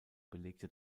belegte